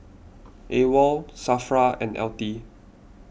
Awol Safra and L T